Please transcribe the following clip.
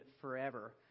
forever